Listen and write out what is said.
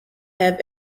have